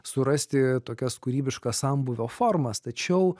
surasti tokias kūrybiškas sambūvio formas tačiau